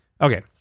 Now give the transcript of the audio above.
Okay